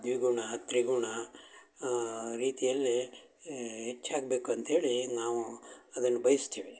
ದ್ವಿಗುಣ ತ್ರಿಗುಣ ರೀತಿಯಲ್ಲಿ ಹೆಚ್ಚಾಗ್ಬೇಕು ಅಂತೇಳಿ ನಾವು ಅದನ್ನು ಬಯಸ್ತೀವಿ